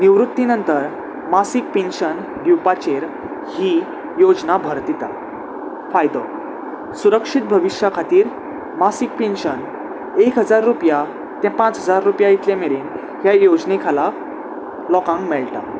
निवृत्ती नंतर मासीक पेन्शन दिवपाचेर ही योजना भर दिता फायदो सुरक्षीत भविश्या खातीर मासीक पेन्शन एक हजार रुपया ते पांच हजार रुपया इतले मेरेन ह्या योजने खाला लोकांक मेळटा